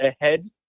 ahead